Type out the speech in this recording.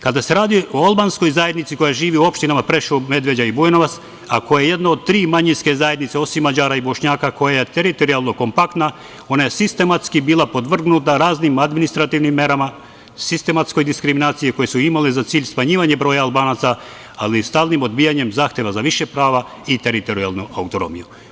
Kada se radi o albanskoj zajednici koja živi u opštinama Preševo, Medveđa i Bujanovac, a koje je jedno od tri manjinske zajednice osim Mađara i Bošnjaka koja je teritorijalno kompaktna, ona je sistematski bila podvrgnuta raznim administrativnim merama, sistematskoj diskriminaciji koje su imale za cilj smanjivanje broja Albanaca, ali stalnim odbijanjem zahteva za više prava i teritorijalnu autonomiju.